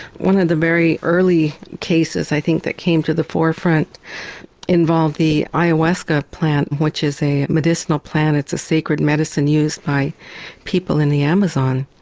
one of the very early cases i think that came to the forefront involved the ayahuasca plant, which is a medicinal plant it's a sacred medicine used by people in the amazon.